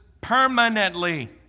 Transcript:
permanently